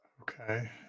Okay